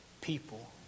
people